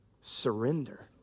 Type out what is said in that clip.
Surrender